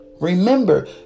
Remember